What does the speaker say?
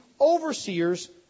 overseers